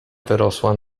wyrosła